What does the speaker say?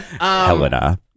Helena